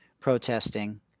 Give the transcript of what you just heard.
Protesting